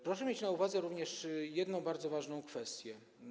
Proszę mieć na uwadze również jedną bardzo ważną kwestię.